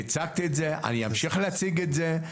הצגתי את זה ואני אמשיך להציג את זה.